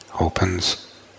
opens